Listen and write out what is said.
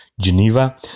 Geneva